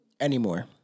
anymore